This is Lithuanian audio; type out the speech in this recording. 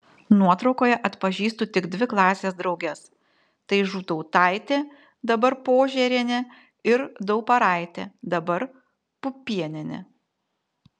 nuotraukoje atpažįstu tik dvi klasės drauges tai žūtautaitė dabar požėrienė ir dauparaitė dabar pupienienė